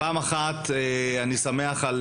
פעם אחת אני שמח על